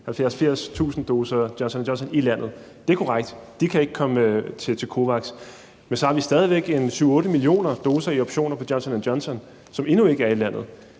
70.000-80.000 doser Johnson og Johnson i landet. Det er korrekt, at de ikke kan komme ind i COVAX-initiativet, men så har vi stadig væk 7-8 millioner doser i optioner på Johnson og Johnson, som endnu ikke er i landet.